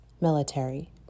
military